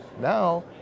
Now